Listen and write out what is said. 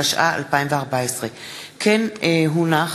התשע"ה 2014. כמו כן הונח